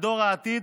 דור העתיד,